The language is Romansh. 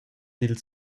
dil